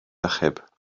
achub